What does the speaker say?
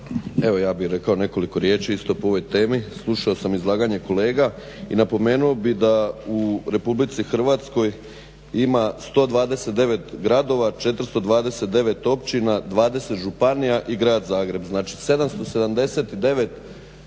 Evo ja bih rekao nekoliko riječi isto po ovoj temi. Slušao sam izlaganje kolega i napomenuo bih da u RH ima 129 gradova, 429 općina, 20 županija i Grad Zagreb. Znači, 779